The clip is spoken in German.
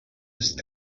ist